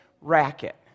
racket